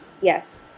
Yes